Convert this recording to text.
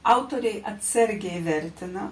autoriai atsargiai vertina